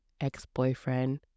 ex-boyfriend